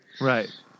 Right